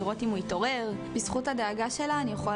אני חושבת שגם התורה מחייבת אותנו בהכרת הטוב